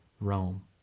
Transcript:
Rome